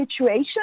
situation